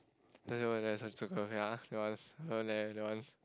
that one